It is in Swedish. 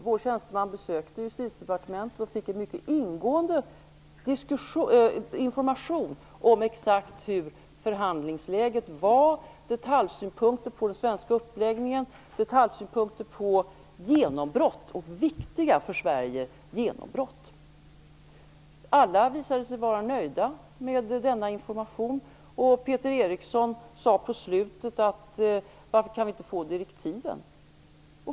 Vår tjänsteman besökte Justitiedepartementet och fick en mycket ingående information om exakt hur förhandlingsläget var, detaljsynpunkter på den svenska uppläggningen och detaljsynpunkter på för Sverige viktiga genombrott. Alla visade sig vara nöjda med denna information. Peter Eriksson sade mot slutet av sitt anförande: Varför kan vi inte få direktiven?